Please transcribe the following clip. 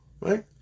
right